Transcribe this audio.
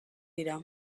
dira